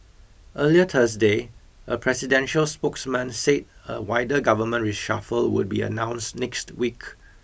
earlier Thursday a presidential spokesman say a wider government reshuffle would be announced next week